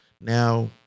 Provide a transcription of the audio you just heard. now